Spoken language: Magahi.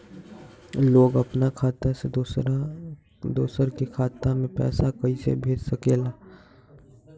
लोग अपन खाता से दोसर के खाता में पैसा कइसे भेज सकेला?